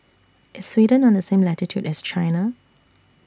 IS Sweden on The same latitude as China